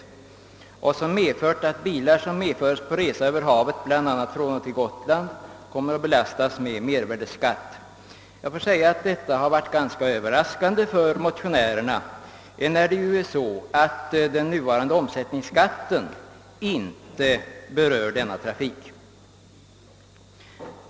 Dessa bestämmelser innebär att bilar som medförs på resa över havet, bl.a. till och från Gotland, kommer att beläggas med mervärdeskatt. Detta har varit ganska överraskande för motionärerna, eftersom den nuvarande omsättningsskatten inte berör denna trafik.